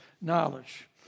knowledge